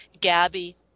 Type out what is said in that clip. Gabby